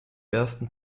ersten